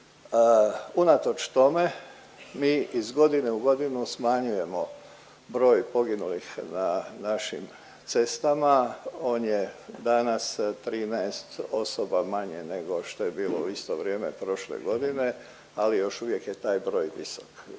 Unatoč tome mi iz godine u godinu smanjujemo broj poginulih na našim cestama. On je danas 13 osoba manje nego što je bilo u isto vrijeme prošle godine, ali još uvijek je taj broj visok.